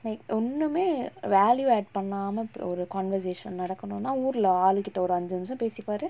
like ஒன்னுமே:onnumae value add பண்ணாம ஒரு:pannaama oru conversation நடக்குனுனா ஊர்ல ஆளுக்கிட்ட ஒரு அஞ்சு நிமிஷோ பேசி பாரு:nadakanunaa oorla aalukitta oru anju nimisho pesi paaru